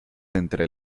entre